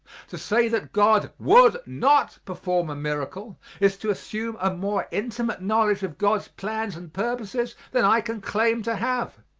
to say that god would not perform a miracle is to assume a more intimate knowledge of god's plans and purposes than i can claim to have.